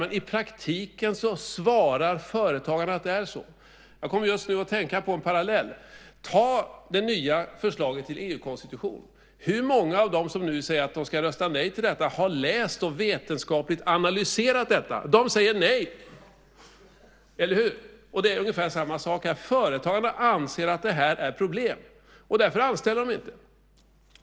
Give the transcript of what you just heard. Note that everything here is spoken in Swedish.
Men företagarna svarar att det i praktiken är så. Jag kom just nu att tänka på en parallell. Ta det nya förslaget till EU-konstitution. Hur många av dem som nu säger att de ska rösta nej har läst och vetenskapligt analyserat detta? De säger nej! Eller hur? Det är ungefär samma sak. Företagarna anser att det är problem. Därför anställer de inte.